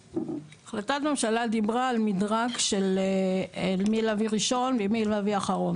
החלטת ממשלה דיברה על מדרג של את מי להביא ראשון ומי להביא אחרון,